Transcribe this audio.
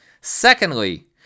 Secondly